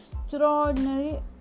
extraordinary